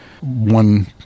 one